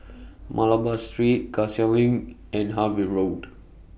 Malabar Street Cassia LINK and Harvey Road